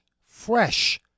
fresh